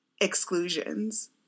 exclusions